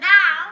Now